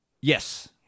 Yes